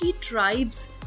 tribes